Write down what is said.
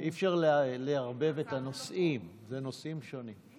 אי-אפשר לערבב את הנושאים, אלה נושאים שונים.